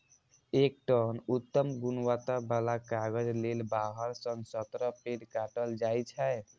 एक टन उत्तम गुणवत्ता बला कागज लेल बारह सं सत्रह पेड़ काटल जाइ छै